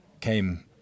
came